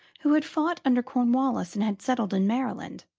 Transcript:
who had fought under cornwallis and had settled in maryland,